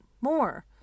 more